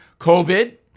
COVID